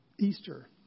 Easter